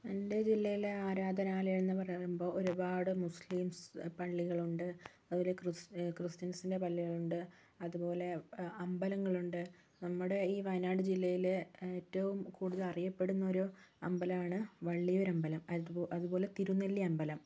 എൻ്റെ ജില്ലയിലെ ആരാധനാലയം എന്ന് പറയുമ്പോള് ഒരുപാട് മുസ്ലിം പള്ളികളുണ്ട് അതുപോലെ ക്രിസ്ത്യൻസിൻ്റെ പള്ളികളുണ്ട് അതുപോലെ അമ്പലങ്ങളുണ്ട് നമ്മുടെ ഈ വയനാട് ജില്ലയിലെ ഏറ്റവും കൂടുതൽ അറിയപ്പെടുന്നൊരു അമ്പലമാണ് വള്ളിയൂരമ്പലം അതുപോലെ തിരുനെല്ലി അമ്പലം